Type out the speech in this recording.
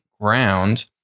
ground